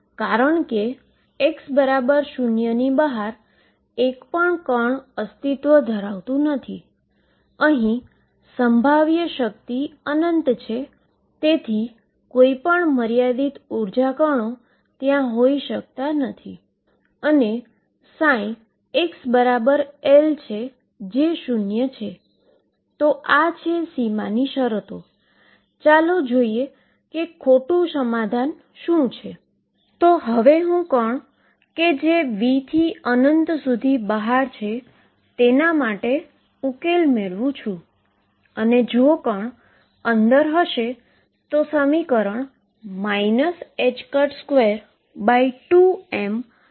જ્યારે તમે 22m દ્વારા ગુણાકાર કરો છો અને તમે જે મેળવો છો તે 3ℏω2Axe mω2ℏx2ની બરાબર છે જે કંઈ નથી પરંતુ 3ℏω2x છે